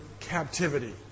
captivity